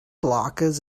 blockers